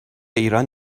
ایران